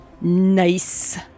nice